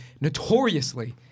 notoriously